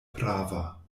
prava